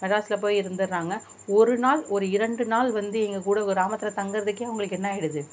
மெட்ராஸ்சில் போய் இருந்துட்றாங்க ஒரு நாள் ஒரு இரண்டு நாள் வந்து எங்கள்க்கூட கிராமத்தில் தங்கிறதுக்கே அவங்களுக்கு என்னாகிடுது